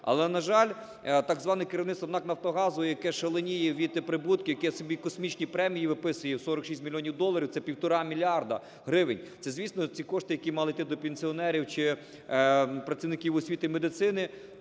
Але, на жаль, так зване керівництво НАК "Нафтогазу", яке шаленіє від прибутків, яке собі космічні премії виписує в 46 мільйонів доларів, це півтора мільярда гривень, це, звісно, ті кошти, які мали йти до пенсіонерів чи працівників освіти і медицини,